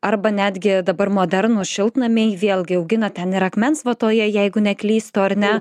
arba netgi dabar modernūs šiltnamiai vėlgi augina ten ir akmens vatoje jeigu neklystu ar ne